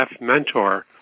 mentor